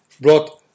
brought